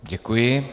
Děkuji.